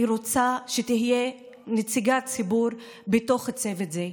אני רוצה שהיא תהיה נציגת ציבור בתוך הצוות הזה.